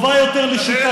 טובה יותר לשיטתם,